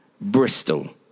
Bristol